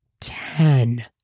Ten